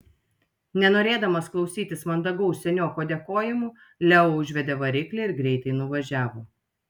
nenorėdamas klausytis mandagaus senioko dėkojimų leo užvedė variklį ir greitai nuvažiavo